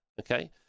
okay